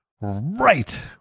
right